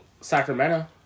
Sacramento